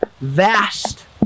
vast